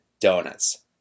Donuts